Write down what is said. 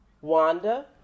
Wanda